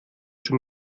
schon